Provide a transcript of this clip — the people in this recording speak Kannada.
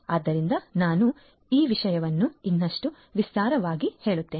ಆದ್ದರಿಂದ ನಾನು ಈಗ ಈ ವಿಷಯವನ್ನು ಇನ್ನಷ್ಟು ವಿಸ್ತಾರವಾಗಿ ಹೇಳುತ್ತೇನೆ